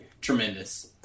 Tremendous